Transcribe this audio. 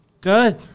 Good